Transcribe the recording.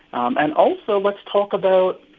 um and also, let's talk about,